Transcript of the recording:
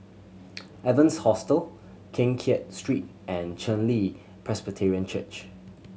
Evans Hostel Keng Kiat Street and Chen Li Presbyterian Church